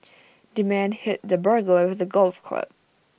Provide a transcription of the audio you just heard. the man hit the burglar with A golf club